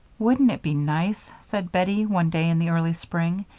wouldn't it be nice, said bettie, one day in the early spring,